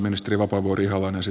kiitoksia oikein paljon